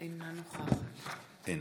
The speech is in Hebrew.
ע'דיר כמאל מריח, אינה נוכחת.